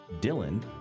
Dylan